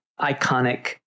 iconic